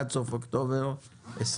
עד סוף אוקטובר 21